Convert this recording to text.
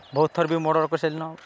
ବହୁତ୍ ଥର୍ ବି ମୁଇଁ ଅର୍ଡ଼ର୍ କରିସାର୍ଲିନ